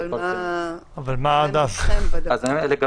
אבל מה עד אז?